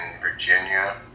Virginia